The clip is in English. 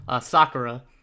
Sakura